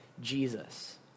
Jesus